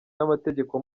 n’amategeko